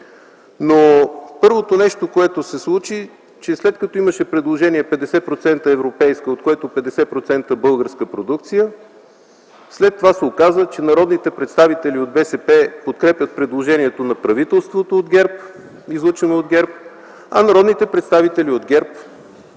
Първото, което се случи, беше, че след като имаше предложение 50% европейска, от която 50% българска продукция, след това се оказа, че народните представители от БСП подкрепят предложенията на правителството, излъчено от ГЕРБ, а народните представители от ГЕРБ